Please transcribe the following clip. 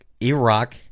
Iraq